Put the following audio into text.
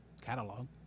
catalog